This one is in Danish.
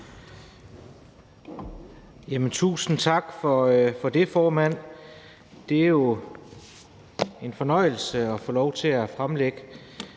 Tusind tak for det, formand. Det er jo en fornøjelse at få lov til at behandle